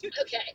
Okay